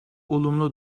olumlu